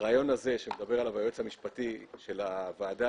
הרעיון שעליו מדבר היועץ המשפטי לוועדה